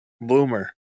Bloomer